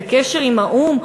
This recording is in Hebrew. בקשר עם האו"ם?